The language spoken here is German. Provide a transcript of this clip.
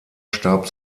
starb